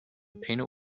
painted